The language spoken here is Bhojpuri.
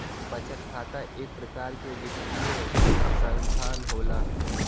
बचत खाता इक परकार के वित्तीय सनसथान होला